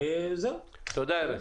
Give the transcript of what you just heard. תודה.